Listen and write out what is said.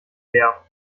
leer